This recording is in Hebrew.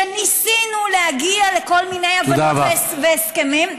כשניסינו להגיע לכל מיני הבנות והסכמים,